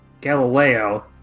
Galileo